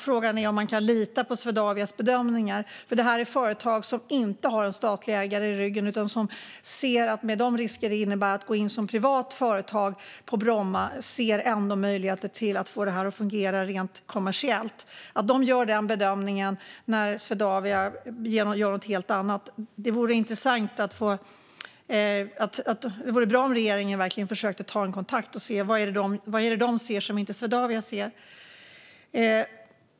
Frågan är om man kan lita på Swedavias bedömningar. Detta är ju företag som inte har en statlig ägare i ryggen. Med de risker som det innebär att gå in som privat företag på Bromma ser de ändå möjligheter att få detta att fungera rent kommersiellt. De gör sin bedömning fastän Swedavia gör en helt annan bedömning. Det vore bra om regeringen verkligen försökte ta kontakt och höra vad de ser som inte Swedavia ser.